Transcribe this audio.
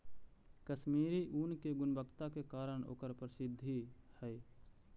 कश्मीरी ऊन के गुणवत्ता के कारण ओकर प्रसिद्धि हइ